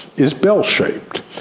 is bell shaped,